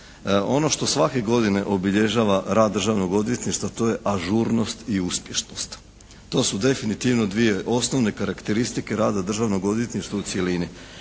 Ono što svake godine obilježava rad državnog odvjetništva to je ažurnost i uspješnost. To su definitivno dvije osnovne karakteristike rada državnog odvjetništva u cjelini.